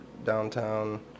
downtown